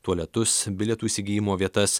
tualetus bilietų įsigijimo vietas